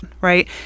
right